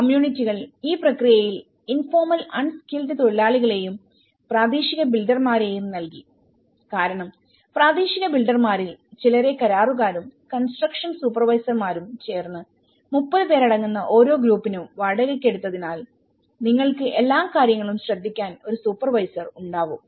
കമ്മ്യൂണിറ്റികൾ ഈ പ്രക്രിയയിൽ ഇൻഫോർമൽ അൺ സ്കിൽഡ് തൊഴിലാളികളെയും പ്രാദേശിക ബിൽഡർമാരെയും നൽകി കാരണം പ്രാദേശിക ബിൽഡർമാരിൽ ചിലരെ കരാറുകാരും കൺസ്ട്രക്ഷൻ സൂപ്പർവൈസർമാരും ചേർന്ന് 30 പേരടങ്ങുന്ന ഓരോ ഗ്രൂപ്പിനും വാടകയ്ക്കെടുത്തതിനാൽ നിങ്ങൾക്ക് എല്ലാ കാര്യങ്ങളും ശ്രദ്ധിക്കാൻ ഒരു സൂപ്പർവൈസർ ഉണ്ടാവും